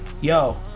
Yo